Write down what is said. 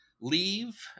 leave